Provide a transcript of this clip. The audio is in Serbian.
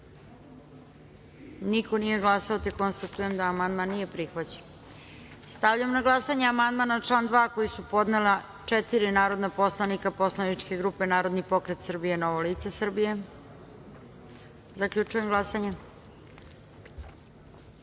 niko nije glasao. Konstatujem da amandman nije prihvaćen. Stavljam na glasanje amandman na član 2. koji su podnela četiri narodna poslanika poslaničke grupe Narodni pokret Srbije – Novo lice Srbije. Zaključujem glasanje: